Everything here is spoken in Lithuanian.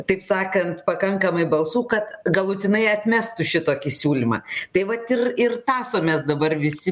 taip sakant pakankamai balsų kad galutinai atmestų šitokį siūlymą tai vat ir ir tąsomės dabar visi